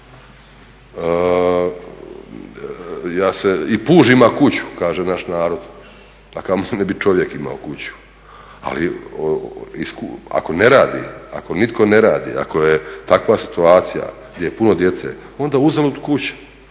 I puž ima kuću, kaže naš narod, a kamoli ne bi čovjek imao kuću. Ali ako ne radi, ako nitko ne radi, ako je takva situacija gdje je puno djece onda uzalud kuća.